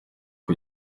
ati